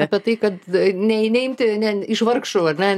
apie tai kad ne neimti ne iš vargšų ar ne